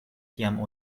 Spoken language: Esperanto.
kiam